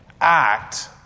act